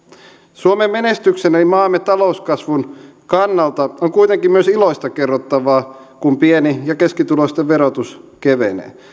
suomen menestyksen eli maamme talouskasvun kannalta on kuitenkin myös iloista kerrottavaa kun pieni ja keskituloisten verotus kevenee